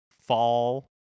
fall